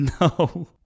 No